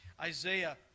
Isaiah